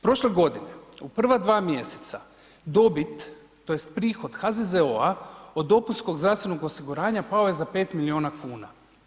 Prošle godine, u prva dva mjeseca, dobit, tj. prihod HZZO-a od dopunskog zdravstvenog osiguranja pao je za 5 milijuna kuna.